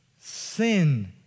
Sin